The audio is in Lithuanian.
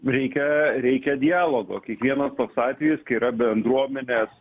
reikia reikia dialogo kiekvienas toks atvejis kai yra bendruomenės